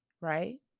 right